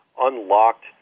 unlocked